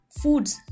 foods